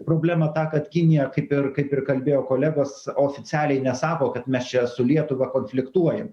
problema ta kad kinija kaip ir kaip ir kalbėjo kolegos oficialiai nesako kad mes čia su lietuva konfliktuojam